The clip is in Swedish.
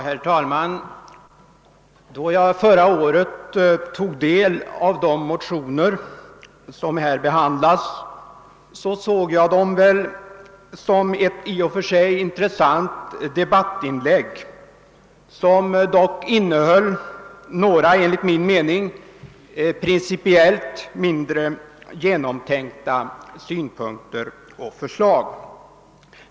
Herr talman! Då jag förra året tog del av de motioner som här behandlas såg jag dem som ett i och för sig intressant debattinlägg, som dock innehöll några enligt min mening principiellt mindre genomtänkta synpunkter och förslag.